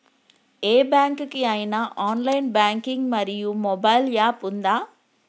ఏ bank కి ఐనా online banking మరియు మొబైల్ యాప్ ఉందా?